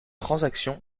transaction